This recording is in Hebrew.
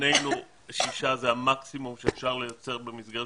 בעינינו שישה זה המקסימום שאפשר לייצר במסגרת